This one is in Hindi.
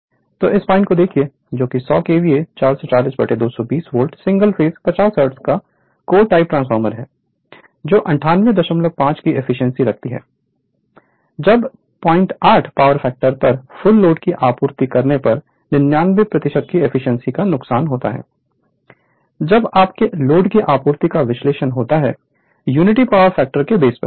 Fundamentals of Electrical Engineering Prof Debapriya Das Department of Electrical Engineering Indian Institute of Technology Kharagpur Lecture - 58 Three phase Induction Motors Refer Slide Time 0027 तो इस पॉइंट को देखिए जोकि 100 KVA 442 220 volt single phase 50 hertz core type transformer है जो 985 की एफिशिएंसी रखती है जब 08 पावर फैक्टर पर फुल लोड की आपूर्ति करने पर 99 की एफिशिएंसी का नुकसान होता है जब आपके लोड की आपूर्ति का विश्लेषण होता है यूनिटी पावर फैक्टर के बेस पर